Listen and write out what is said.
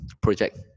project